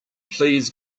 please